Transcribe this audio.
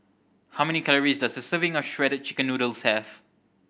how many calories does a serving of Shredded Chicken Noodles have